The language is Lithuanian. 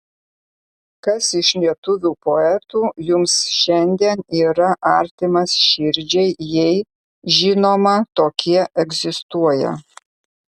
kas iš lietuvių poetų jums šiandien yra artimas širdžiai jei žinoma tokie egzistuoja